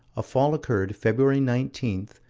a fall occurred, feb. nineteen,